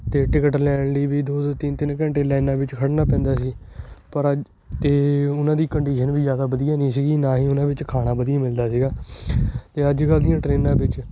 ਅਤੇ ਟਿਕਟ ਲੈਣ ਲਈ ਵੀ ਦੋ ਦੋ ਤਿੰਨ ਤਿੰਨ ਘੰਟੇ ਲਾਈਨਾਂ ਵਿੱਚ ਖੜ੍ਹਨਾ ਪੈਂਦਾ ਸੀ ਪਰ ਅੱਜ ਅਤੇ ਉਹਨਾਂ ਦੀ ਕੰਡੀਸ਼ਨ ਵੀ ਜ਼ਿਆਦਾ ਵਧੀਆ ਨਹੀਂ ਸੀਗੀ ਨਾ ਹੀ ਉਹਨਾਂ ਵਿੱਚ ਖਾਣਾ ਵਧੀਆ ਮਿਲਦਾ ਸੀਗਾ ਅਤੇ ਅੱਜ ਕੱਲ੍ਹ ਦੀਆਂ ਟਰੇਨਾਂ ਵਿੱਚ